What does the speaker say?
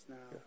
now